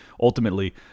ultimately